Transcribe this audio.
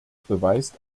beweist